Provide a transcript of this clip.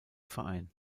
verein